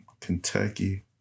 Kentucky